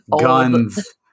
guns